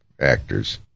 actors